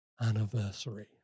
anniversary